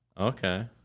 Okay